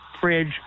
fridge